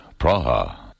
Praha